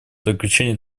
заключение